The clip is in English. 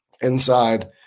inside